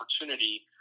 opportunity